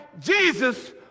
Jesus